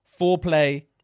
foreplay